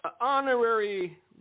honorary